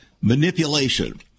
manipulation